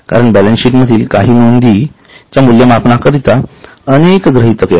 कारण बॅलन्सशीट मधील काही नोंदी च्या मूल्यमापनाकरिता अनेक गृहीतके आहेत